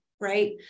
right